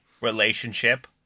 relationship